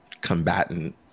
combatant